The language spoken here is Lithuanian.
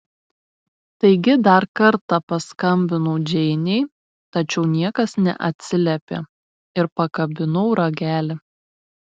taigi dar kartą paskambinau džeinei tačiau niekas neatsiliepė ir pakabinau ragelį